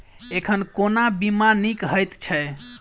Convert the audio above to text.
एखन कोना बीमा नीक हएत छै?